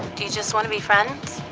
do you just want to be friends.